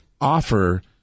offer